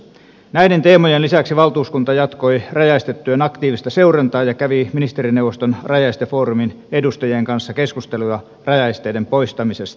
näiden teemojen lisäksi valtuuskunta jatkoi rajaestetyön aktiivista seurantaa ja kävi ministerineuvoston rajaestefoorumin edustajien kanssa keskusteluja rajaesteiden poistamisesta